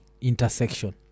intersection